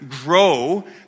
grow